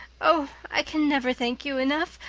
oh, i can never thank you enough.